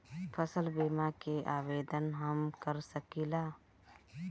फसल बीमा के आवेदन हम कर सकिला?